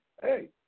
hey